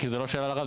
כי זו לא שאלה לרב,